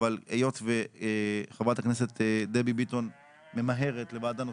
אבל היות וחברת כנסת דבי ביטון ממהרת לוועדה נוספת,